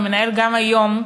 ומנהל גם היום,